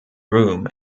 room